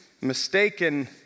Mistaken